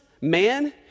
man